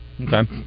Okay